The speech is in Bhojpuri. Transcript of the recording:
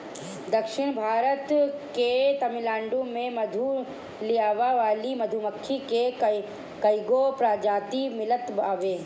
दक्षिण भारत के तमिलनाडु में मधु लियावे वाली मधुमक्खी के कईगो प्रजाति मिलत बावे